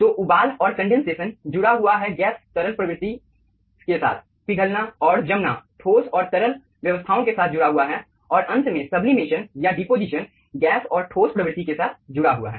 तो उबाल और कंडेनसेशन जुड़ा हुआ है गैस तरल प्रवृत्ति के साथ पिघलना और जमना ठोस और तरल व्यवस्थाओं के साथ जुड़ा हुआ है और अंत में सब्लिमेशन या डेपोज़िशन गैस और ठोस प्रवृत्ति के साथ जुड़ा हुआ है